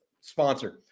sponsor